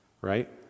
right